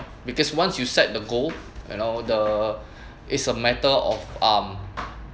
because once you set the goal you know the it's a matter of um